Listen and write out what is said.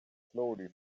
slowly